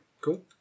cool